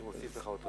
אני מוסיף לך אותו.